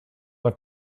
have